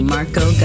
Marco